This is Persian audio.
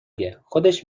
گه، خودش